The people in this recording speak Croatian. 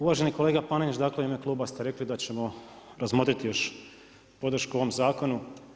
Uvaženi kolega Panenić, dakle u ime kluba ste rekli da ćemo razmotriti još podršku ovom zakonu.